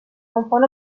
confon